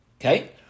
Okay